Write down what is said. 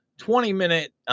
20-minute